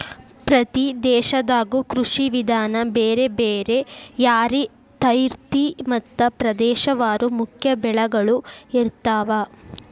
ಪ್ರತಿ ದೇಶದಾಗು ಕೃಷಿ ವಿಧಾನ ಬೇರೆ ಬೇರೆ ಯಾರಿರ್ತೈತಿ ಮತ್ತ ಪ್ರದೇಶವಾರು ಮುಖ್ಯ ಬೆಳಗಳು ಇರ್ತಾವ